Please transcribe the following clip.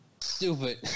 Stupid